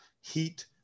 Heat